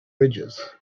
ridges